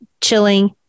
Chilling